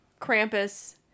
Krampus